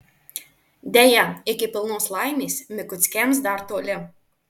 deja iki pilnos laimės mikuckiams dar toli